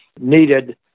needed